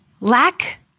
Lack